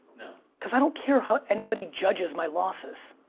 no. because i don't care how anybody judges my losses.